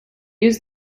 use